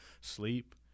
Sleep